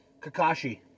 Kakashi